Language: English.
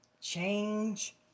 change